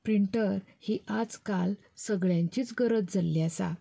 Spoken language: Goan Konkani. प्रिंटर ही आज काल सगळ्यांचीच गरज जाल्ली आसा